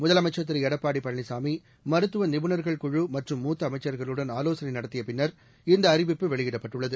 முதலமைச்சா் திருளடப்பாடிபழனிசாமி மருத்துவநிபுணர்கள் குழு மற்றும் மூத்தஅமைச்சா்களுடன் ஆலோசனைநடத்திபின்னர் இந்தஅறிவிப்பு வெளியிடப்பட்டுள்ளது